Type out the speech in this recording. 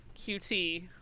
QT